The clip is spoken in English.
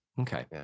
okay